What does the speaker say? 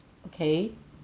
okay